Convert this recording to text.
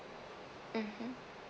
mmhmm